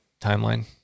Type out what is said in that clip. timeline